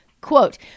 Quote